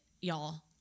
y'all